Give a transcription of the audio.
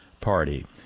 party